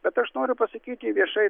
bet aš noriu pasakyti viešai